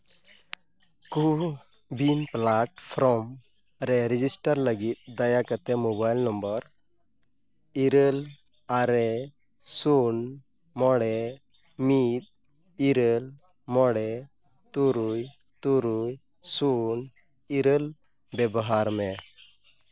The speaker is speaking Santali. ᱠᱳᱼᱩᱭᱤᱱ ᱯᱞᱟᱴ ᱯᱷᱨᱚᱢ ᱨᱮ ᱨᱮᱡᱤᱥᱴᱟᱨ ᱞᱟᱹᱜᱤᱫ ᱫᱟᱭᱟ ᱠᱟᱛᱮ ᱢᱳᱵᱟᱭᱤᱞ ᱱᱚᱢᱵᱚᱨ ᱤᱨᱟᱹᱞ ᱟᱨᱮ ᱥᱩᱱ ᱢᱚᱬᱮ ᱢᱤᱫ ᱤᱨᱟᱹᱞ ᱢᱚᱬᱮ ᱛᱩᱨᱩᱭ ᱛᱩᱨᱩᱭ ᱥᱩᱱ ᱤᱨᱟᱹᱞ ᱵᱮᱵᱚᱦᱟᱨ ᱢᱮ